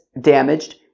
damaged